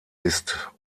ist